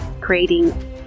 creating